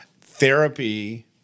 therapy